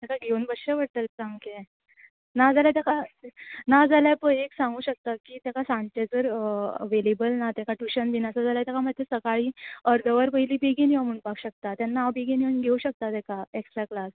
ताका घेवन बसचें पटडलें सामकें नाजाल्या तेका नाजाल्या पळय एक सांगूं शकता की तेका सांचे जर अवेलेबल ना ताका टुशन बीन आसा जाल्या ताका मात्शें सकाळीं अर्द वर पयली बेगीन यो म्हुणपाक शकता तेन्ना हांव बेगीन येवन घेवं शकता ताका एक्स्ट्रा क्लास